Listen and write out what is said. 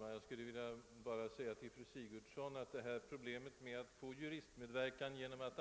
Herr talman! Jag vill bara säga till fru Sigurdsen att problemet att få juristmedverkan genom att